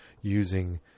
using